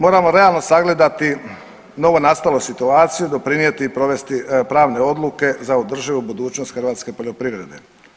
Moramo realno sagledati novonastalu situaciju, doprinijeti i provesti pravne odluke za održivu budućnost hrvatske poljoprivrede.